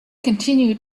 continued